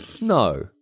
No